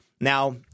Now